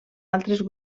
altres